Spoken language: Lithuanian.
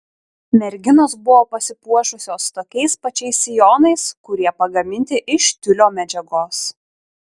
merginos buvo pasipuošusios tokiais pačiais sijonais kurie pagaminti iš tiulio medžiagos